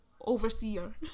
overseer